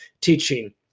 teaching